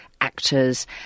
actors